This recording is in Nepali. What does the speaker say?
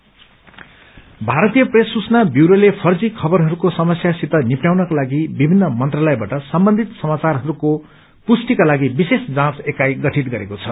पीआईबी भारतीय प्रेस सूचना ब्यूरोले फर्जी खबरहरूको समस्यासित निप्टयाउनका लागि विभिन्न मन्त्रालयबाट सम्बन्धित समाचारहरूको पुष्टिका लागि विशेष जाँच एकाई गठित गरेको छ